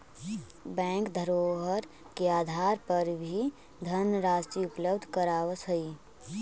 bank धरोहर के आधार पर भी धनराशि उपलब्ध करावऽ हइ